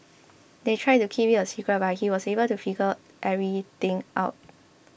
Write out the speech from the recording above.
they tried to keep it a secret but he was able to figure everything out